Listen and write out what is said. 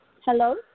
Hello